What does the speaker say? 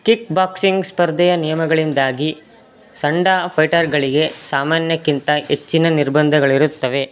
kick boxing ಸ್ಪರ್ಧೆಯ ನಿಯಮಗಳಿಂದಾಗಿ sanda ಫೈಟರ್ಗಳಿಗೆ ಸಾಮಾನ್ಯಕ್ಕಿಂತ ಹೆಚ್ಚಿನ ನಿರ್ಬಂಧಗಳಿರುತ್ತವೆ